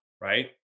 right